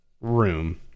room